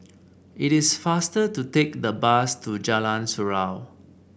it is faster to take the bus to Jalan Surau